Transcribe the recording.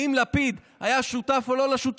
האם לפיד היה שותף או לא שותף,